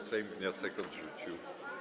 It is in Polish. Sejm wniosek odrzucił.